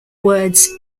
words